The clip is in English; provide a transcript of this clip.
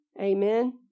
Amen